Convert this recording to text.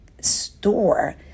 store